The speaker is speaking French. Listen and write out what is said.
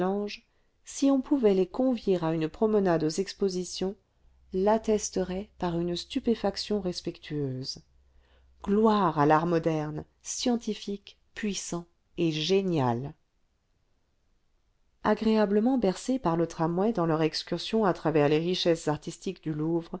si on pouvait les convier à une promenade aux expositions l'attesteraient par une stupéfaction respectueuse gloire à l'art moderne scientifique puissant et génial agréablement bercées par le tramway dans leur excursion à travers les richesses artistiques du louvre